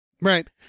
Right